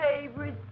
favorite